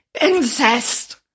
incest